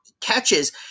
catches